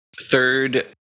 Third